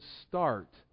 start